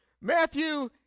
Matthew